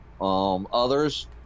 Others